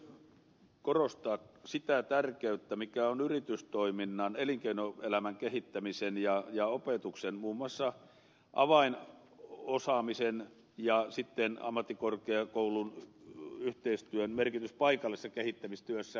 haluan myös korostaa sitä tärkeää merkitystä joka yritystoiminnan elinkeinoelämän kehittämisen ja opetuksen muun muassa avainosaamisen ja ammattikorkeakoulun yhteistyöllä on paikallisessa kehittämistyössä